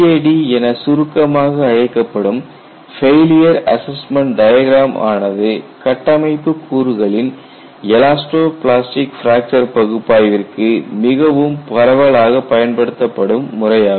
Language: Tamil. FAD என சுருக்கமாக அழைக்கப்படும் ஃபெயிலியர் அசஸ்மெண்ட் டயக்ராம் ஆனது கட்டமைப்பு கூறுகளின் எலாஸ்டோ பிளாஸ்டிக் பிராக்சர் பகுப்பாய்விற்கு மிகவும் பரவலாக பயன்படுத்தப்படும் முறை ஆகும்